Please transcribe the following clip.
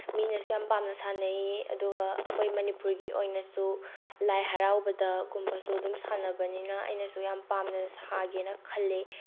ꯃꯤꯅꯁꯨ ꯌꯥꯝ ꯄꯥꯝꯅ ꯁꯥꯅꯩ ꯑꯗꯨꯒ ꯑꯩꯈꯣꯏ ꯃꯅꯤꯄꯨꯔꯒꯤ ꯑꯣꯏꯅꯁꯨ ꯂꯥꯏ ꯍꯔꯥꯎꯕꯗꯒꯨꯝꯕꯁꯨ ꯑꯗꯨꯝ ꯁꯥꯟꯅꯕꯅꯤꯅ ꯑꯩꯅꯁꯨ ꯌꯥꯝ ꯄꯥꯝꯅ ꯁꯥꯒꯦꯅ ꯈꯜꯂꯦ